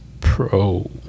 pro